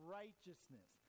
righteousness